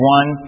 One